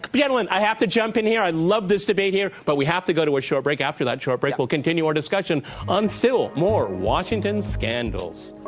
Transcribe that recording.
gentlemen, i have to jump in here. i love this debate here, but we have to go to a short break. after that short break, we'll continue our discussion on still more washington scandals